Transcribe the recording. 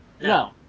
No